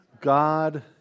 God